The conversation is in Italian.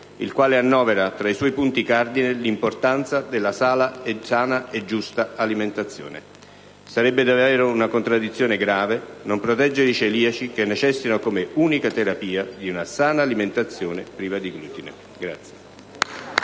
il quale annovera tra i suoi punti cardine l'importanza della sana alimentazione. Sarebbe davvero una contraddizione grave non proteggere i celiaci, che necessitano come unica terapia di una sana alimentazione priva di glutine.